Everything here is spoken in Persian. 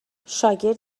شاگرد